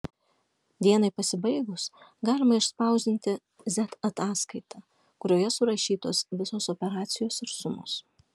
dienai pasibaigus galima išspausdinti z ataskaitą kurioje surašytos visos operacijos ir sumos